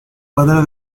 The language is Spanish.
padre